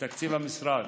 מתקציב המשרד.